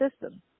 system